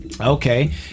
Okay